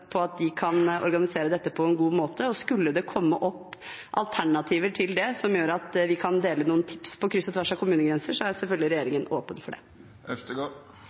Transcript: kan organisere dette på en god måte. Skulle det komme opp alternativer til det, som gjør at vi kan dele noen tips på kryss og tvers av kommunegrenser, er selvfølgelig regjeringen åpen for